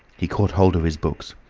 he caught hold of his books.